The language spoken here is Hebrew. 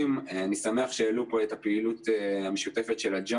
אז אני שואל אותך --- ללא כל תוספת תקציבית שהיו עליה לא מעט